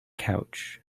couch